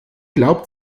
glaubt